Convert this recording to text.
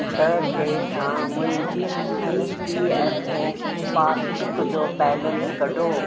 छह टे सां मुंहिंजी E P F O passbook जो बैलेंस कढो